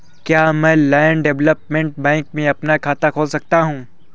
क्या मैं land development bank में अपना खाता खोल सकता हूँ?